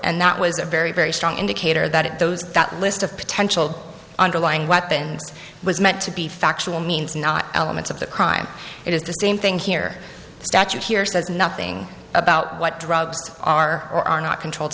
and that was a very very strong indicator that it goes that list of potential underlying weapons was meant to be factual means not elements of the crime it is the same thing here the statute here says nothing about what drugs are or are not controlled